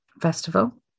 festival